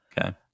Okay